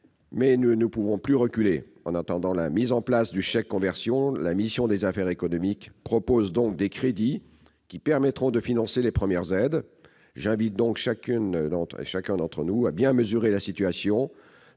; nous ne pouvons plus reculer. En attendant la mise en place du « chèque conversion », la commission des affaires économiques propose de voter des crédits afin de financer les premières aides. J'invite chacun d'entre nous à bien mesurer la situation